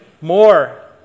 more